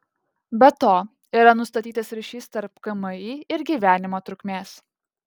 be to yra nustatytas ryšys tarp kmi ir gyvenimo trukmės